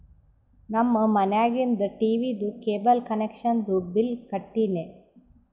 ನಮ್ ಮನ್ಯಾಗಿಂದ್ ಟೀವೀದು ಕೇಬಲ್ ಕನೆಕ್ಷನ್ದು ಬಿಲ್ ಕಟ್ಟಿನ್